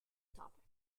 topic